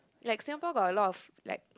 like sometime got a lot of like